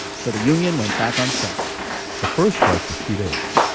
so the union went back on strike the first strike was two days.